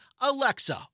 Alexa